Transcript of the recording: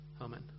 Amen